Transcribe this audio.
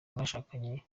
mwashakanye